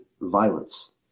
violence